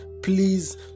Please